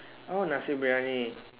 oh Nasi-Briyani